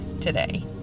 today